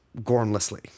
gormlessly